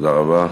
תודה רבה.